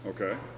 Okay